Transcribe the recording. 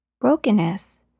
Brokenness